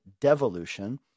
devolution